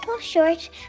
short